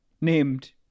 named